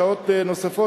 שעות נוספות,